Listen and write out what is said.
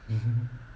mmhmm